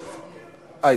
אה,